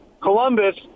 Columbus